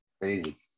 crazy